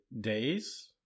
days